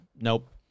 nope